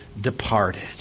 departed